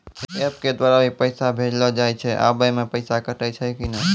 App के द्वारा भी पैसा भेजलो जाय छै आबै मे पैसा कटैय छै कि नैय?